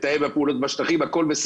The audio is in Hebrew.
מתאם הפעולות בשטחים, אבל זה